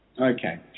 Okay